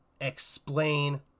explain